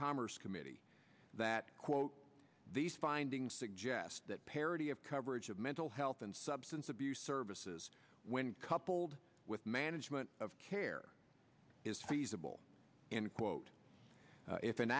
commerce committee that quote these findings suggest that parity of coverage of mental health and substance abuse services when coupled with management of care is feasible and quote